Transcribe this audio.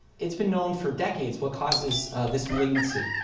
it's been known for decades what causes this malignancy.